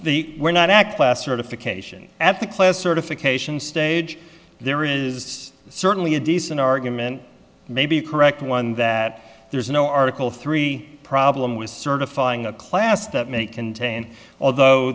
the were not act last certification after class certification stage there is certainly a decent argument may be correct one that there is no article three problem with certifying a class that may contain although